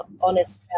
honest